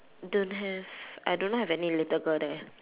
don't have I don't have any little girl there